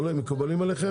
מקובלים עליכם?